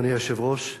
אדוני היושב-ראש,